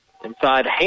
Inside